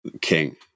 king